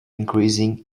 increasing